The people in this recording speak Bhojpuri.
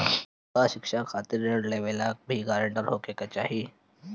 का शिक्षा खातिर ऋण लेवेला भी ग्रानटर होखे के चाही?